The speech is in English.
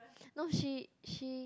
no she she